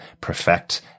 perfect